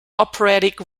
operatic